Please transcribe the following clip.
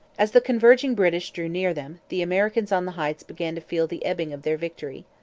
as the converging british drew near them, the americans on the heights began to feel the ebbing of their victory.